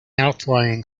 outlying